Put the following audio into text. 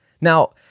Now